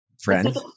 friends